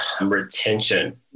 retention